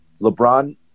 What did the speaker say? LeBron